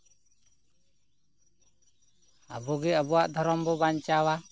ᱟᱵᱚᱜᱮ ᱟᱵᱚᱣᱟᱜ ᱫᱷᱚᱨᱚᱢ ᱵᱚ ᱵᱟᱧᱪᱟᱣᱟ